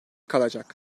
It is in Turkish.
kalacak